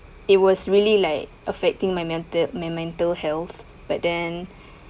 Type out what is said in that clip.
it was really like affecting my mental my mental health but then